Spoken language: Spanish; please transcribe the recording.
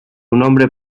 nombre